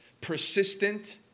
persistent